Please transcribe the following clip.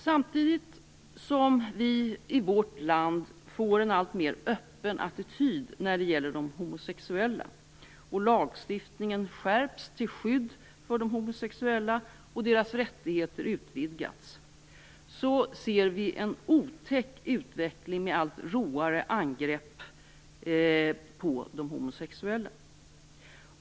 Samtidigt som vi i vårt land får en alltmer öppen attityd när det gäller de homosexuella, lagstiftningen skärps till skydd för de homosexuella och deras rättigheter utvidgas, ser vi en otäck utveckling med allt råare angrepp på de homosexuella.